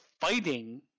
fighting